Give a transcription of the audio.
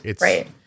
Right